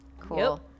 Cool